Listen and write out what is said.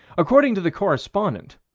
according to the correspondent,